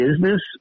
business